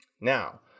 Now